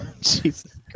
Jesus